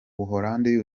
buholandi